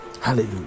Hallelujah